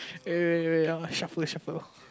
eh wait wait wait I want shuffle shuffle